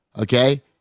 okay